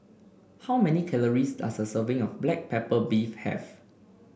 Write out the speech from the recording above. how many calories does a serving of Black Pepper Beef have